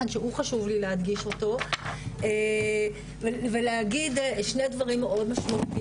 שהוא חשוב לי להדגיש אותו ולהגיד שני דברים מאוד משמעותיים,